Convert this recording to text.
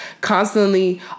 constantly